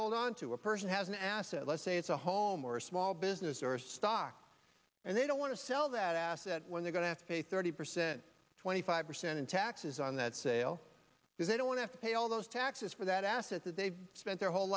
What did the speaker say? hold onto a person has an asset let's say it's a home or a small business or a stock and they don't want to sell that asset when they're going to face thirty percent or twenty five percent in taxes on that sale because they don't want to pay all those taxes for that asset that they've spent their whole